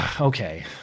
Okay